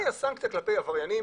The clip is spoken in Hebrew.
מה היא הסנקצייה כלפי עבריינים,